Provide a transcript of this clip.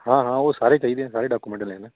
ਹਾਂ ਹਾਂ ਉਹ ਸਾਰੇ ਚਾਹੀਦੇ ਆ ਸਾਰੇ ਡਾਕੂਮੈਂਟ ਲੈਂਦੇ ਹਾਂ ਨਾ